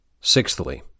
Sixthly